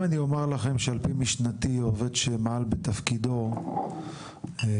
אני אומר לכם שעובד שמעל בתפקידו הכה,